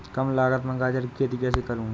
कम लागत में गाजर की खेती कैसे करूँ?